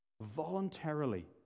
voluntarily